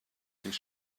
his